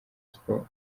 sports